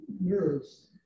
nerves